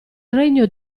regno